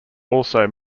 also